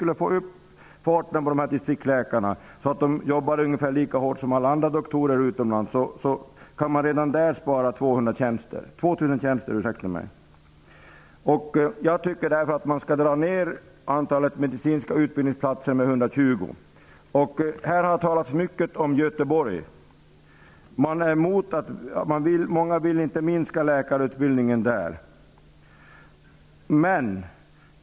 Om man fick upp farten på distriktsläkarna, så att de arbetade lika hårt som läkarna utomlands, kunde man därigenom spara in 2 000 tjänster. Jag tycker därför att man skall dra ned antalet medicinska utbildningsplatser med 120. Det har här talats mycket om Göteborg. Det finns många som inte vill att läkarutbildningen där skall minska.